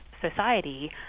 society